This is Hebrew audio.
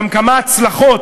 גם כמה הצלחות,